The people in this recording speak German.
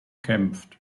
kämpft